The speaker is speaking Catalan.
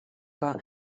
que